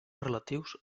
relatius